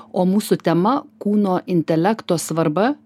o mūsų tema kūno intelekto svarba